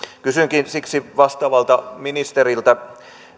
kysynkin siksi vastaavalta ministeriltä